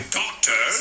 doctor